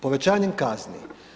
Povećanjem kazni.